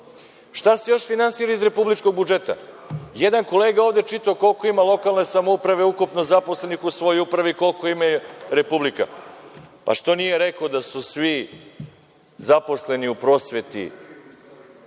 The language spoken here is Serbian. se još finansira iz republičkog budžeta? Jedan kolega je ovde čitao koliko imaju lokalne samouprave ukupno zaposlenih u svojoj upravi, koliko ima republika. Pa, što nije rekao da svi zaposleni u prosveti